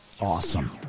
Awesome